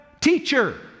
teacher